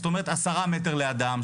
זאת אומרת עשרה מטר לאדם,